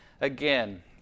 again